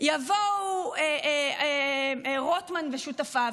יבואו רוטמן ושותפיו,